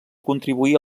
contribuir